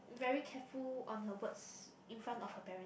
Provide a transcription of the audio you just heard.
very careful on her words in front of her parent